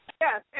Yes